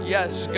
Yes